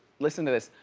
listen to this,